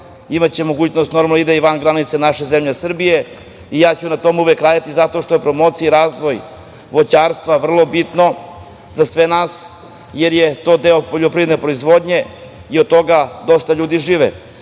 Imaće mogućnost da ide i van granica naše zemlje Srbije i ja ću na tome uvek raditi, zato što je promocija i razvoj voćarstva vrlo bitno za sve nas, jer je to deo poljoprivredne proizvodnje i od toga mnogo ljudi živi. Ovim